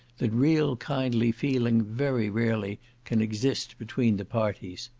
that real kindly feeling very rarely can exist between the parties.